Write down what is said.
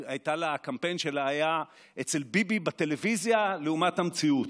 והקמפיין שלה היה: אצל ביבי בטלוויזיה לעומת המציאות,